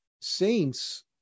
saints